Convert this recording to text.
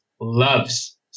loves